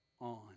on